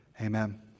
amen